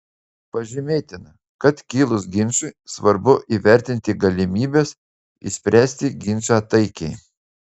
pažymėtina kad kilus ginčui svarbu įvertinti galimybes išspręsti ginčą taikiai